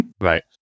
Right